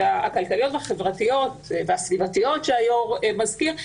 החברתיות והסביבתיות שהיושב-ראש מזכיר,